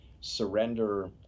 surrender